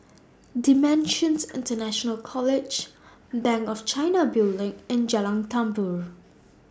DImensions International College Bank of China Building and Jalan Tambur